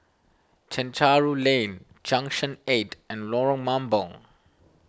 Chencharu Lane Junction eight and Lorong Mambong